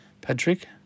Patrick